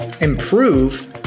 improve